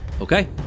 Okay